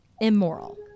immoral